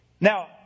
Now